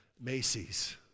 Macy's